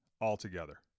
altogether